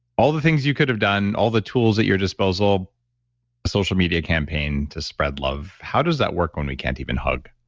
all the things you could have done, all the tools at your disposal, the social media campaign to spread love. how does that work when we can't even hug?